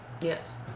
Yes